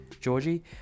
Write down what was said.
Georgie